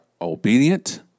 obedient